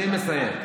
אני מסיים.